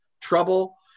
trouble